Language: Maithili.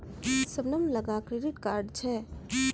शबनम लगां क्रेडिट कार्ड छै